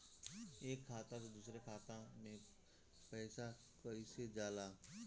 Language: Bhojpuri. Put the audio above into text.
एक खाता से दूसर खाता मे पैसा कईसे जाला?